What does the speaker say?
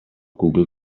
google